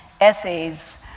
essays